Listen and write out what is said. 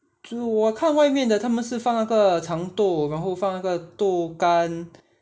煮我看外面的他们是放那个长豆然后放那个豆干